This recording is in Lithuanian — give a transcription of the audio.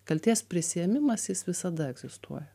kaltės prisiėmimas jis visada egzistuoja